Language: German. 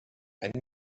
einen